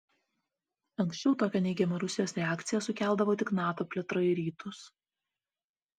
anksčiau tokią neigiamą rusijos reakciją sukeldavo tik nato plėtra į rytus